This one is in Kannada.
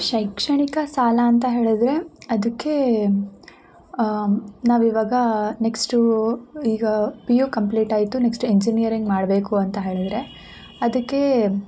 ಶೈಕ್ಷಣಿಕ ಸಾಲ ಅಂತ ಹೇಳಿದ್ರೆ ಅದಕ್ಕೇ ನಾವು ಇವಾಗ ನೆಕ್ಸ್ಟು ಈಗ ಪಿ ಯು ಕಂಪ್ಲೀಟ್ ಆಯಿತು ನೆಕ್ಸ್ಟ್ ಎಂಜಿನಿಯರಿಂಗ್ ಮಾಡಬೇಕು ಅಂತ ಹೇಳಿದ್ರೆ ಅದಕ್ಕೇ